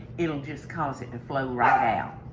it'll just cause it and flow right out.